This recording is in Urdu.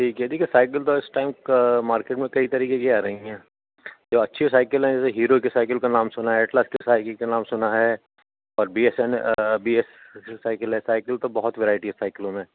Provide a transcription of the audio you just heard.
ٹھیک ہے ٹھیک ہے سائیکل تو اس ٹائم مارکیٹ میں کئی طریقے کی آ رہی ہیں جو اچھی سائیکل ہیں جیسے ہیرو کے سائیکل کا نام سنا ہے ایٹلاسٹ کے سائیکل کا نام سنا ہے اور B S N B S cycle ہے سائیکل تو بہت ورائٹی سائیکلوں میں